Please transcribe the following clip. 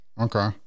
Okay